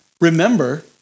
remember